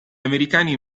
americani